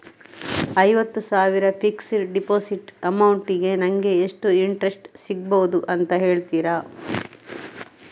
ಐವತ್ತು ಸಾವಿರ fixed deposit amount ಗೆ ನಂಗೆ ಎಷ್ಟು ಇಂಟ್ರೆಸ್ಟ್ ಸಿಗ್ಬಹುದು ಅಂತ ಹೇಳ್ತೀರಾ?